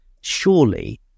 Surely